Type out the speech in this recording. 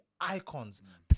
icons